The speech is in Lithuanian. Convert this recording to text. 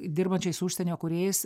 dirbančiais su užsienio kūrėjais